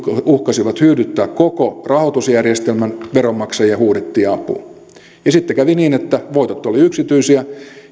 uhkasivat hyydyttää koko rahoitusjärjestelmän veronmaksajia huudettiin apuun ja sitten kävi niin että voitot olivat yksityisiä